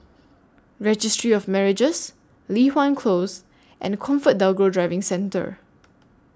Registry of Marriages Li Hwan Close and ComfortDelGro Driving Centre